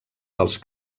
dels